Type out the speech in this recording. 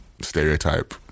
stereotype